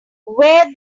wear